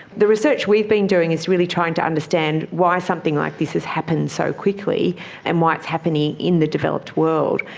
the research we've been doing is really trying to understand why something like this has happened so quickly and why it's happening in the developed world.